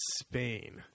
Spain